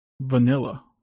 vanilla